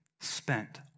spent